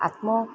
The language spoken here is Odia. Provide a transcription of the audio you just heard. ଆତ୍ମ